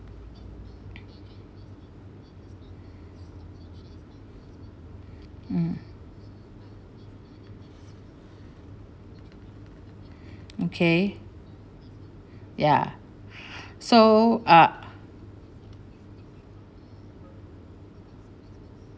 mm okay ya so ah